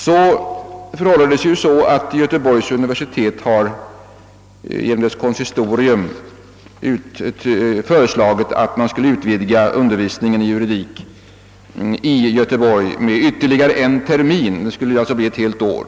Konsistoriet vid universitetet i Göteborg har föreslagit att undervisningen i juridik skulle utvidgas med ytterligare en termin. Det skulle alltså bli fråga om ett helt år.